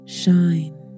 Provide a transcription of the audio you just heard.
shine